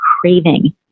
craving